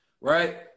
Right